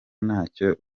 ntacyo